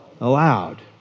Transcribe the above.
allowed